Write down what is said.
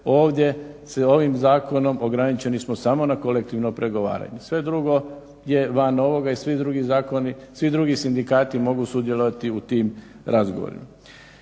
ovdje se ovim zakonom ograničeni smo samo na kolektivno pregovaranje. Sve drugo je van ovoga i svi drugi sindikati mogu sudjelovati u tim razgovorima.